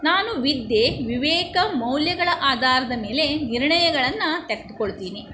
ನಾನು ವಿದ್ಯೆ ವಿವೇಕ ಮೌಲ್ಯಗಳ ಆಧಾರದ ಮೇಲೆ ನಿರ್ಣಯಗಳನ್ನು ತೆಗೆದ್ಕೊಳ್ತೀನಿ